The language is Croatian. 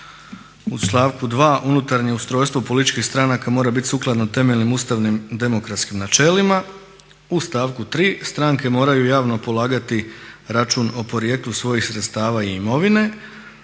U stavku 2. Unutarnje ustrojstvo političkih stranaka mora biti sukladno temeljnim ustavnim demokratskim načelima. U stavku 3. stranke moraju javno polagati račun o porijeklu svojih sredstava i imovine.